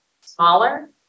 smaller